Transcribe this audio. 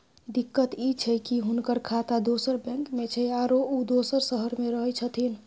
दिक्कत इ छै की हुनकर खाता दोसर बैंक में छै, आरो उ दोसर शहर में रहें छथिन